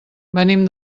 venim